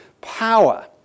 power